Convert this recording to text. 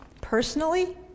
personally